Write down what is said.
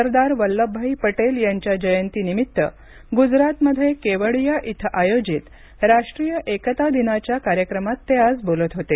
सरदार बल्लभभाई पटेल यांच्या जयंतीनिमित्त गुजरातमध्ये केवडिया इथं आयोजित राष्ट्रीय एकता दिनाच्या कार्यक्रमात ते आज बोलत होते